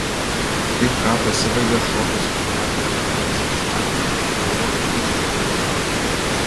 tik ką pasibaigė šokio spektaklio otelas pastatymas tai buvo išties didžiulis darbas